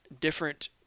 different